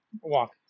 walk